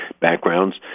backgrounds